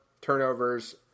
turnovers